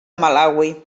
malawi